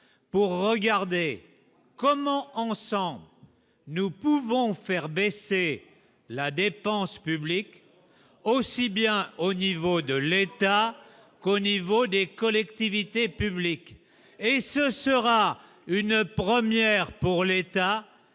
pour regarder comment ensemble nous pouvons faire baisser la dépense publique, aussi bien au niveau de l'État qu'au niveau des collectivités publiques et ce sera une première pour l'État